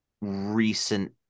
recent